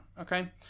Okay